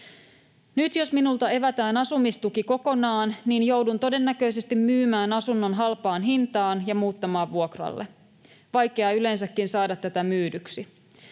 Nyt jos minulta evätään asumistuki kokonaan, niin joudun todennäköisesti myymään asunnon halpaan hintaan ja muuttamaan vuokralle. Vaikea yleensäkin saada tätä myydyksi.